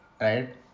right